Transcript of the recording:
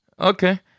Okay